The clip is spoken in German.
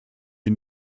wir